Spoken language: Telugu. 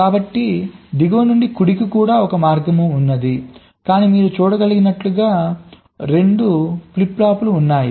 కాబట్టి దిగువ నుండి కుడికి కూడా ఒక మార్గం ఉంది కానీ మీరు చూడగలిగినట్లుగా 2 ఫ్లిప్ ఫ్లాప్లు ఉన్నాయి